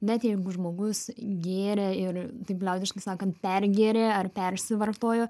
net jeigu žmogus gėrė ir taip liaudiškai sakant pergėrė ar persivartojo